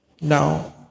Now